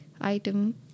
item